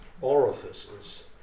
orifices